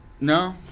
No